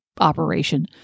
operation